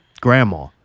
grandma